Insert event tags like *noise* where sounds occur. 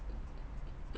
*laughs*